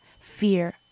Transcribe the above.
fear